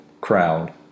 crowd